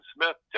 Smith